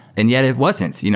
and yet it wasn't. you know